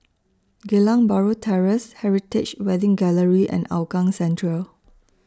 Geylang Bahru Terrace Heritage Wedding Gallery and Hougang Central